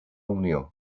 unió